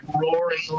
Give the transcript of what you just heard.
roaring